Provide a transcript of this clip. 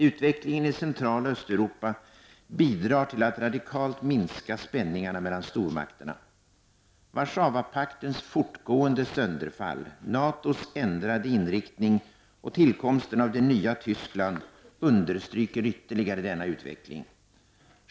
Utvecklingen i Central och Östeuropa bidrar till att radikalt minska spänningarna mellan stormakterna. Warszawapaktens fortgående sönderfall, NATOs ändrade inriktning och tillkomsten av det nya Tyskland understryker ytterligare denna utveckling.